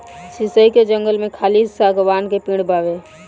शीशइ के जंगल में खाली शागवान के पेड़ बावे